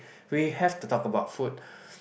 we have to talk about food